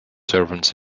servants